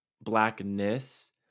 blackness